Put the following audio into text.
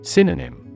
Synonym